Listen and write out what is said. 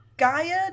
Gaia